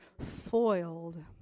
foiled